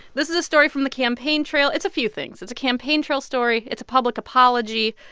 this is a story from the campaign trail. it's a few things. it's a campaign trail story. it's a public apology.